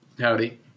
Howdy